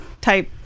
type